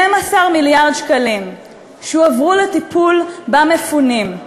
12 מיליארד שקלים שהועברו לטיפול במפונים.